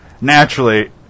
naturally